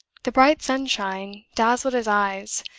the bright sunshine dazzled his eyes,